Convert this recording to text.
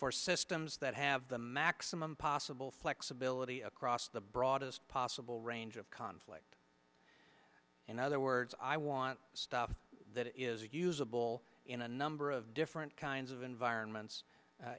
for systems that have the maximum possible flexibility across the broadest possible range of conflict in other words i want stuff that is usable in a number of different kinds of environments